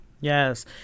yes